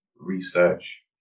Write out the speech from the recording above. research